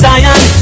Zion